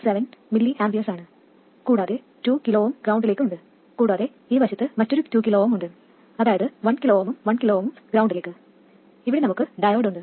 7 mA ആണ് കൂടാതെ 2 kΩ ഗ്രൌണ്ടിലേക്ക് ഉണ്ട് കൂടാതെ ഈ വശത്ത് മറ്റൊരു 2 kΩ ഉണ്ട് അതായത് 1 kΩ ഉം 1 kΩ ഉം ഗ്രൌണ്ടിലേക്ക് ഇവിടെ നമുക്ക് ഡയോഡ് ഉണ്ട്